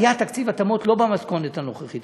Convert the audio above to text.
היה תקציב התאמות לא במתכונת הנוכחית,